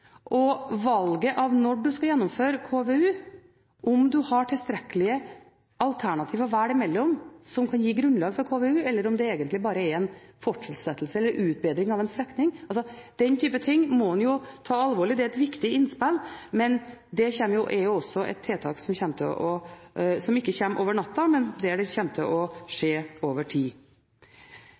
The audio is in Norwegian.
Valget av når man skal gjennomføre KVU, om man har tilstrekkelige alternativer å velge mellom som kan gi grunnlag for KVU, eller om det egentlig bare er en fortsettelse eller utbedring av en strekning – den type ting – må man jo ta alvorlig. Det er et viktig innspill. Men det er også et tiltak som ikke kommer over natta, det kommer til å skje over tid.